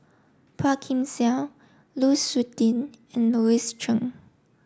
Phua Kin Siang Lu Suitin and Louis Chen